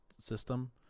system